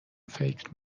فکر